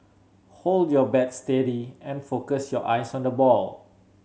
hold your bat steady and focus your eyes on the ball